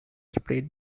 split